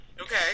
Okay